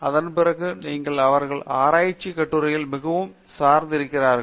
அதன் பிறகு நீங்கள் அவர்களின் ஆராய்ச்சிக் கட்டுரையில் மிகவும் சார்ந்து இருக்கிறார்கள்